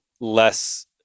less